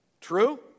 True